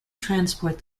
transport